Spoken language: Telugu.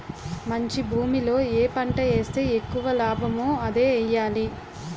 మంచి భూమిలో ఏ పంట ఏస్తే ఎక్కువ లాభమో అదే ఎయ్యాలి